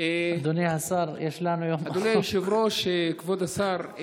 אדוני היושב-ראש, כבוד השר,